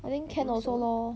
I think can also lor